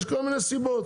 יש כל מיני סיבות,